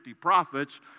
prophets